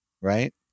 right